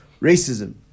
racism